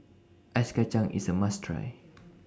Ice Kachang IS A must Try